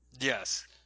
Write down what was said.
Yes